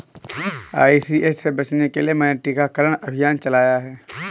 ICH से बचने के लिए मैंने टीकाकरण अभियान चलाया है